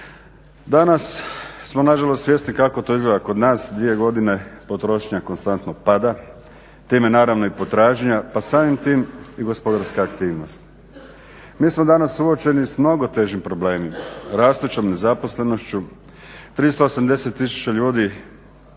Danas smo na žalost svjesni kako to izgleda kod nas, dvije godine potrošnja konstantno pada, time naravno i potražnja, pa samim tim i gospodarska aktivnost. Mi smo danas suočeni sa mnogo težim problemima rastućom nezaposlenošću, 380 tisuća ljudi